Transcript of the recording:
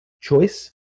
Choice